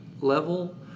level